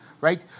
right